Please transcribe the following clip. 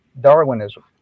Darwinism